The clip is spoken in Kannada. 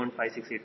5685 7